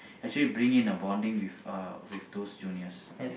actually bring in a bonding with those juniors